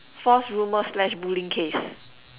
false rumor slash bullying case